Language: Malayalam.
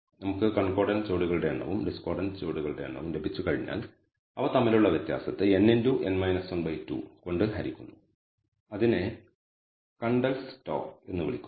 നമുക്ക് കോൺകോർഡന്റ് ജോഡികളുടെ എണ്ണവും ഡിസകോർഡന്റ് ജോഡികളുടെ എണ്ണവും ലഭിച്ചുകഴിഞ്ഞാൽ അവ തമ്മിലുള്ള വ്യത്യാസത്തെ n2 കൊണ്ട് ഹരിക്കുന്നു അതിനെ കണ്ടൽസ് ട്ടോ Kendalls τ എന്ന് വിളിക്കുന്നു